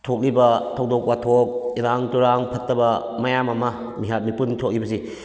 ꯊꯣꯛꯂꯤꯕ ꯊꯧꯗꯣꯛ ꯋꯥꯊꯣꯛ ꯏꯔꯥꯡ ꯇꯨꯔꯥꯡ ꯐꯠꯇꯕ ꯃꯌꯥꯝ ꯑꯃ ꯃꯤꯍꯥꯠ ꯃꯤꯄꯨꯟ ꯊꯣꯛꯏꯕꯁꯤ